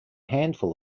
handful